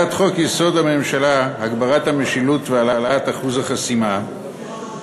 בהצעת חוק-יסוד: הממשלה (הגברת המשילות והעלאת אחוז החסימה)